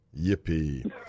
Yippee